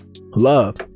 love